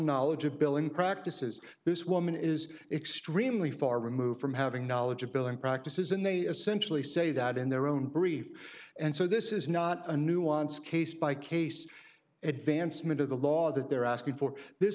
knowledge of billing practices this woman is extremely far removed from having knowledge of billing practices and they essentially say that in their own briefs and so this is not a nuance case by case advancement of the law that they're asking for this